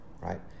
right